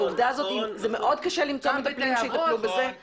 זה מאוד קשה למצוא מטפלים שיטפלו באנשים האלה.